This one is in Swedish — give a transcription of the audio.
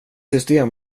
system